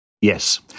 Yes